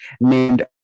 named